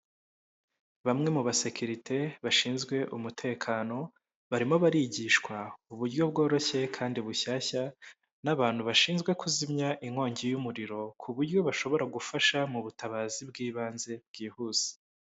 Bamwe mu basekerite bashinzwe umutekano barimo barigishwa uburyo bworoshye kandi bushyashya n'abantu bashinzwe kuzimya inkongi y'umuriro ku buryo bashobora gufasha mu butabazi bw'ibanze bwihuse.